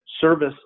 service